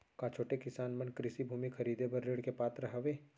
का छोटे किसान मन कृषि भूमि खरीदे बर ऋण के पात्र हवे?